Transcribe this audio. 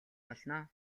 болно